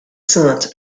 saintes